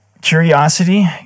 Curiosity